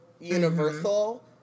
universal